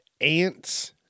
ants